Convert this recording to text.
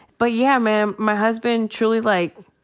but yeah, man, my husband truly, like,